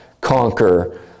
conquer